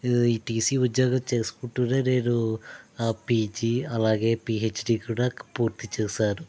ఈ టీసీ ఉద్యోగం చేసుకుంటు నేను నా పీజీ అలాగే పీహెచ్డీ కూడా పూర్తి చేశాను